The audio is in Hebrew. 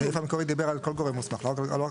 הסעיף המקורי דיבר על כל גורם מוסמך,